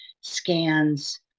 scans